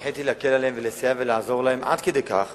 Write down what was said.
הנחיתי להקל עליהם ולסייע להם עד כדי כך